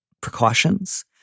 precautions